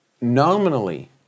nominally